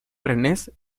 rennes